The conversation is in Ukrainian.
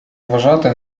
вважати